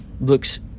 Looks